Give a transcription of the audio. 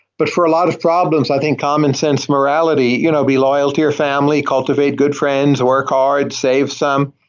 but for a lot of problems, i think common sense morality, you know be loyal to your family, cultivate good friends, work hard, save some,